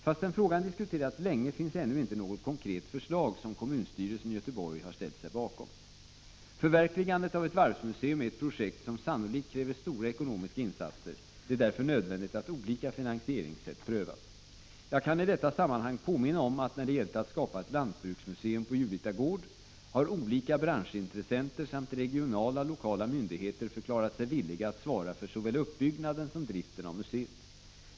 Fastän frågan diskuterats länge finns ännu inte något konkret förslag som kommunstyrelsen i Göteborg har ställt sig bakom. Förverkligandet av ett varvsmuseum är ett projekt som sannolikt kräver stora ekonomiska insatser. Det är därför nödvändigt att olika finansieringssätt prövas. Jag kan i detta sammanhang påminna om att när det gällt att skapa ett lantbruksmuseum på Julita gård har olika branschintressenter samt regionala och lokala myndigheter förklarat sig villiga att svara för såväl uppbyggnaden som driften av museet.